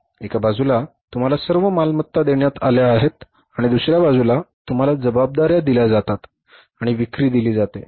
एका बाजूला तुम्हाला सर्व मालमत्ता देण्यात आले आहे आणि दुसर्या बाजूला तुम्हाला जबाबदार्या दिल्या जातात आणि विक्री दिली जाते